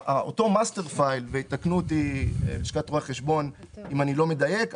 אותו master file ויתקנו אותי לשכת רואי החשבון אם אני לא מדייק,